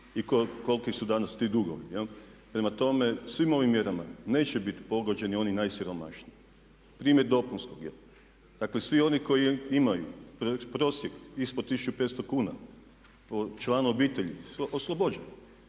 i koliki su danas ti dugovi jel'. Prema tome, svim ovim mjerama neće biti pogođeni oni najsiromašniji. Primjer dopunskog, dakle svi oni koji imaju prosjek ispod 1500 kn po članu obitelji oslobođeni